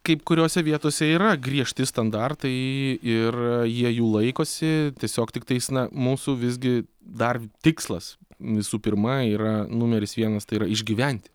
kaip kuriose vietose yra griežti standartai ir jie jų laikosi tiesiog tiktais na mūsų visgi dar tikslas visų pirma yra numeris vienas tai yra išgyventi